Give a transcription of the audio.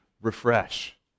Refresh